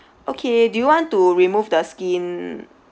okay do you want to remove the skin